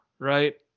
Right